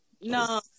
No